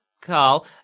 Carl